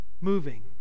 moving